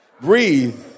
Breathe